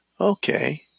Okay